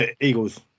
Eagles